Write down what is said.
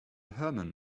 herman